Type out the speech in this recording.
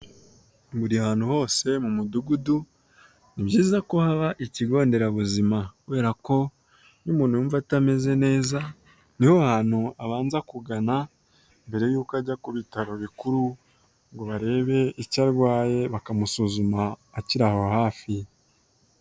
Buri ahantu hose mu mudugudu, ni byiza ko haba ikigonderabuzima, kubera ko iyo umuntu yumva atameze neza, niho hantu abanza kugana mbere y'uko ajya ku bitaro bikuru, ngo barebe icyo arwaye bakamusuzuma akiri aho hafi.